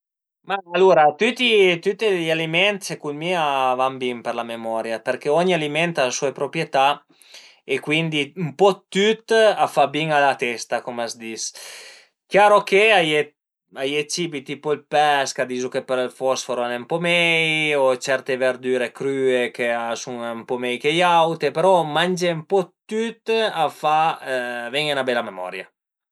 Ma alura tüti tüti i aliment secund mi a van bin për la memoria, përché ogni aliment al a sue proprietà e cuindi ën po dë tüt a fa bin a la testa cum a s'dis, chiaro che a ie dë cibi tipo ël pes ch'a dizu che për ël fosforo al e ën po mei o certe verdüre crüe che a sun ën po mei che i aute, però mangé ën po dë tüt a fa ven-i 'na bela memoria